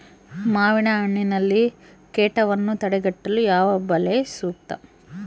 ಮಾವಿನಹಣ್ಣಿನಲ್ಲಿ ಕೇಟವನ್ನು ತಡೆಗಟ್ಟಲು ಯಾವ ಬಲೆ ಸೂಕ್ತ?